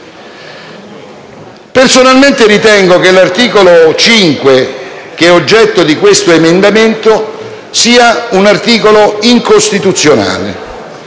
Personalmente ritengo che l'articolo 5, oggetto di questo emendamento, sia incostituzionale.